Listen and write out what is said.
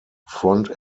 front